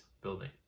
building